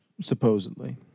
Supposedly